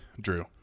drew